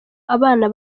abana